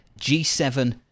G7